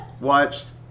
watched